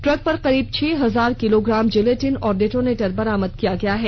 truck पर करीब छह हजार किलोग्राम जिलेटिन और डेटोनेटर बरामद किया गया है